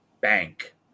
bank